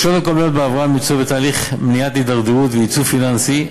רשויות מקומיות בהבראה מצויות בתהליך מניעת התדרדרות וייצוב פיננסי,